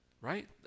Right